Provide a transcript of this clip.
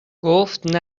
گفت